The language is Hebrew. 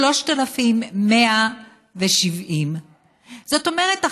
שהוא 3,170. זאת אומרת,